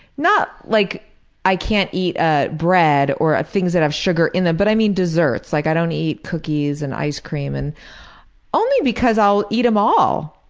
not like i can't eat ah bread or ah things that have sugar in them, but i mean desserts. like i don't eat cookies and ice cream, and only because i'll eat em all.